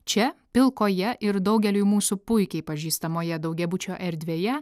čia pilkoje ir daugeliui mūsų puikiai pažįstamoje daugiabučio erdvėje